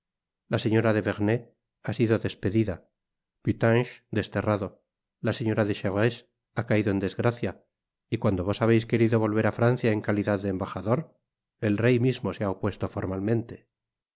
la señora de vernet ha sido des pedida putange desterrado la señora de chevreuse ha caido en desgracia y cuando vos habeis querido volver á francia en calidad de embajador el rey mismo se ha opuesto formalmente